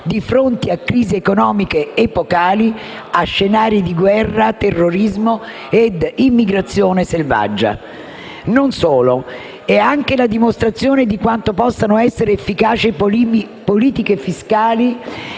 di fronte a crisi economiche epocali, a scenari di guerra, terrorismo ed immigrazione selvaggia. Non solo. È anche la dimostrazione di quanto possano essere efficaci politiche fiscali